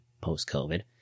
post-COVID